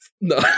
no